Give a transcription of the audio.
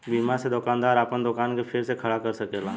बीमा से दोकानदार आपन दोकान के फेर से खड़ा कर सकेला